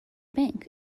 bank